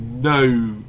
no